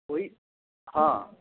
ओहि हँ